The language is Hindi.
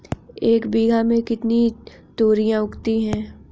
एक बीघा में कितनी तोरियां उगती हैं?